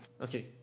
Okay